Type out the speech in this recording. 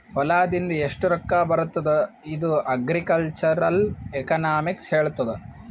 ಹೊಲಾದಿಂದ್ ಎಷ್ಟು ರೊಕ್ಕಾ ಬರ್ತುದ್ ಇದು ಅಗ್ರಿಕಲ್ಚರಲ್ ಎಕನಾಮಿಕ್ಸ್ ಹೆಳ್ತುದ್